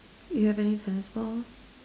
you have any tennis balls